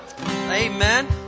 Amen